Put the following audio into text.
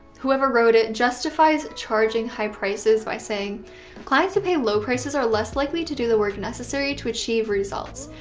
whoever wrote it justifies charging high prices by saying clients who pay low prices are less likely to do the work necessary to achieve results.